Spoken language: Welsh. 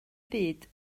byd